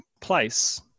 place